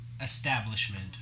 establishment